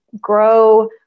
grow